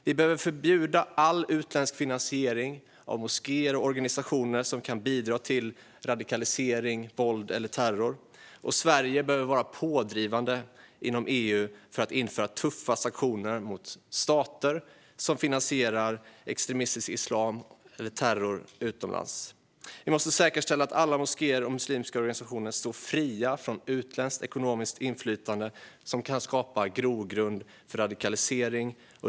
Vi behöver förbjuda all utländsk finansiering av moskéer och organisationer som kan bidra till radikalisering, våld eller terror, och Sverige behöver vara pådrivande inom EU för att införa tuffa sanktioner mot stater som finansierar extremistisk islam eller terror utomlands. Vi måste säkerställa att alla moskéer och muslimska organisationer står fria från utländskt ekonomiskt inflytande som kan skapa grogrund för radikalisering.